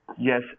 Yes